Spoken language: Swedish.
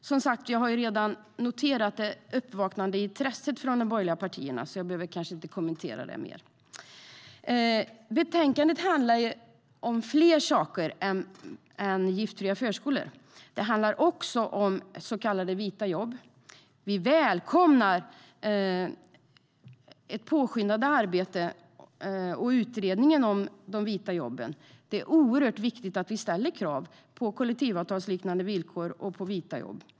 Jag har, som sagt, redan noterat det vaknade intresset från de borgerliga partierna. Därför behöver jag kanske inte kommentera det mer. Betänkandet handlar om fler saker än giftfria förskolor. Det handlar också om så kallade vita jobb. Vi välkomnar ett påskyndat arbete och utredningen om de vita jobben. Det är oerhört viktigt att vi ställer krav på kollektivavtalsliknande villkor och på vita jobb.